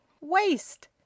Waste